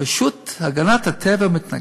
החברה להגנת הטבע מתנגדת.